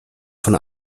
von